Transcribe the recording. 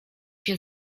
się